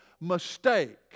mistake